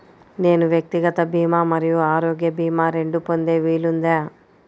నేను వ్యక్తిగత భీమా మరియు ఆరోగ్య భీమా రెండు పొందే వీలుందా?